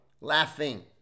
Laughing